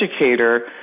educator